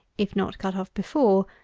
if not cut off before,